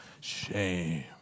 Shame